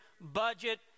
budget